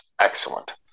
excellent